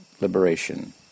liberation